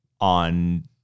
on